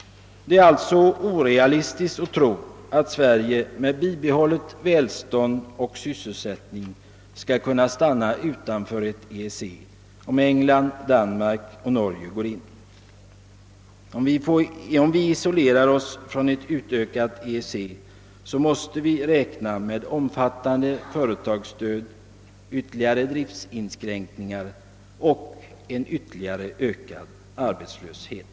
Det är alltså orealistiskt att tro att Sverige med bibehållet välstånd och sysselsättning skall kunna stanna utanför EEC, om England, Danmark och Norge går in. Om vi isolerar oss från ett utökat EEC, så måste vi räkna med omfattande företagsdöd, ytterligare driftminskningar och ökad arbetslöshet.